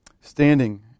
standing